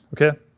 okay